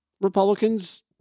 Republicans